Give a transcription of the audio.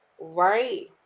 Right